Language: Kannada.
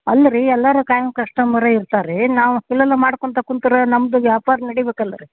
ಅಲ್ಲ ರೀ ಎಲ್ಲರೂ ಖಾಯಂ ಕಷ್ಟಮರೆ ಇರ್ತಾರೆ ರೀ ನಾವು ಇಲ್ಲೆಲ್ಲ ಮಾಡ್ಕೊತ ಕುಂತ್ರೆ ನಮ್ದು ವ್ಯಾಪಾರ ನಡಿಬೇಕು ಅಲ್ಲರೀ